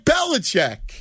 Belichick